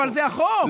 אבל זה החוק.